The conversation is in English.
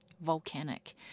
volcanic